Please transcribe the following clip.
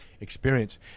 experience